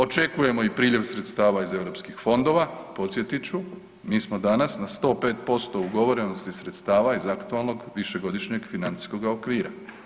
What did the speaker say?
Očekujemo i priljev sredstava iz europskih fondova, podsjetit ću mi smo danas na 105% ugovorenosti sredstava iz aktualnog višegodišnje financijskoga okvira.